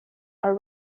are